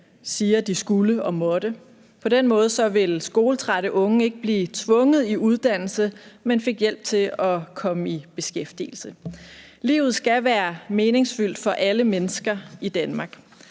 siger at de skulle og måtte. På den måde ville skoletrætte unge ikke blive tvunget i uddannelse, men fik hjælp til at komme i beskæftigelse. Livet skal være meningsfyldt for alle mennesker i Danmark,